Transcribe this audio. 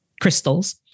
crystals